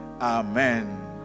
Amen